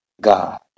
God